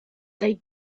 they